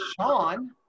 Sean